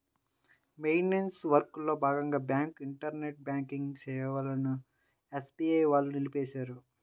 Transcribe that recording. maintenance వర్క్లో భాగంగా bank internet banking సేవలను ఎస్బీఐ వాళ్ళు నిలిపేశారు